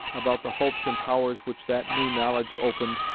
about the hopes and powers which that new knowledge opened,